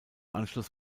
anschluss